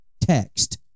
text